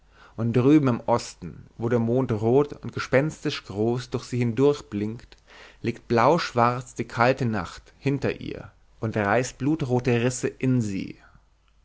und drüben im osten wo der mond rot und gespenstisch groß durch sie hindurch blinkt liegt blauschwarz die kalte nacht hinter ihr und reißt blutrote risse in sie